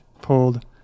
pulled